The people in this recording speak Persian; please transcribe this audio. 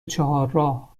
چهارراه